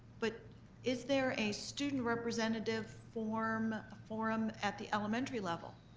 but is there a student representative form forum at the elementary level?